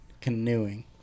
canoeing